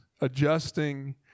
adjusting